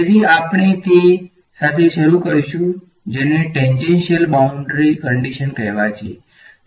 તેથી આપણે તે સાથે શરૂ કરીશું જેને ટેન્જેન્શિયલ બાઉંડ્રી શરતો કહેવાય છે